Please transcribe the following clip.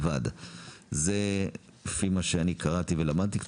זה לפי מה שקראתי ולמדתי קצת.